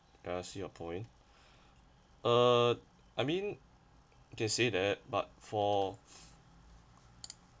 a singaporean uh I mean to say that but for